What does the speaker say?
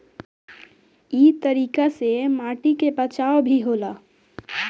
इ तरीका से माटी के बचाव भी होला